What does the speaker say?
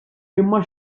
imma